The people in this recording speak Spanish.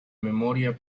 memoria